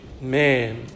man